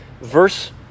verse